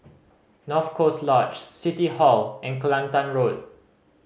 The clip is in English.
North Coast Lodge City Hall and Kelantan Road